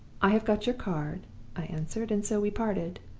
i have got your card i answered, and so we parted.